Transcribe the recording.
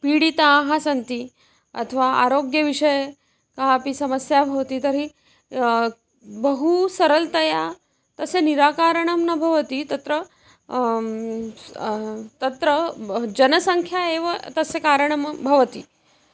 पीडिताः सन्ति अथवा आरोग्यविषये कापि समस्या भवति तर्हि बहु सरलतया तस्य निराकारणं न भवति तत्र स् तत्र जनसंख्या एव तस्य कारणं भवति